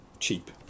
cheap